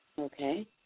Okay